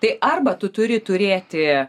tai arba tu turi turėti